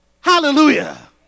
Hallelujah